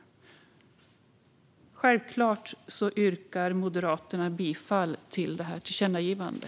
Självklart yrkar Moderaterna bifall till förslaget om detta tillkännagivande.